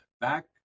back